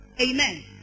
Amen